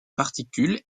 particules